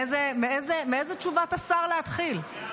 מאיזו תשובת השר להתחיל.